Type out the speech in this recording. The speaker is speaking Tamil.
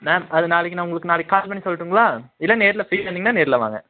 மேம் அது நாளைக்கு நான் உங்களுக்கு நாளைக்கு கால் பண்ணி சொல்லிடுங்களா இல்லை நேரில் ஃப்ரீயாக இருந்திங்கன்னா நேரில் வாங்க